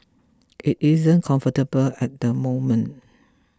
it isn't comfortable at the moment